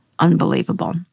unbelievable